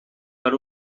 per